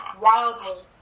wildly